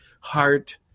heart